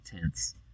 tense